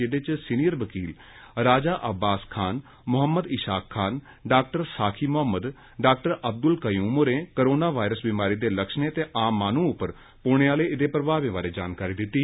एह्दे च वरिष्ठ वकील राजा अब्बास खान मोहम्मद इशाक खान डॉ साखी मोहम्मद ते डॉ अब्दुल कयूम होरें कोरोना वायरस बमारी दे लक्षणें ते आम माह्नु उप्पर पौने आले एह्दे प्रभावें बारे जानकारी दित्ती